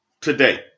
today